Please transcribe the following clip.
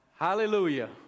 Hallelujah